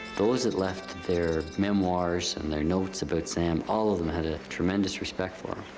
those that left their memoirs and their notes about sam, all of them had a tremendous respect for